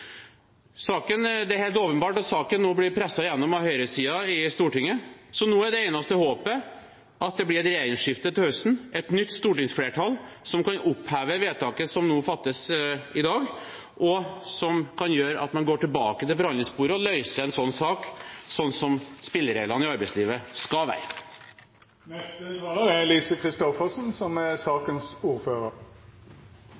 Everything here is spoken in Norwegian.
Det er helt åpenbart at saken nå blir presset gjennom av høyresiden i Stortinget, så nå er det eneste håpet at det blir et regjeringsskifte til høsten – et nytt stortingsflertall som kan oppheve vedtaket som fattes i dag, og som kan gjøre at man går tilbake til forhandlingsbordet og løser saken etter hvordan spillereglene i arbeidslivet skal